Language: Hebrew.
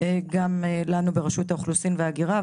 גם לנו ברשות האוכלוסין וההגירה.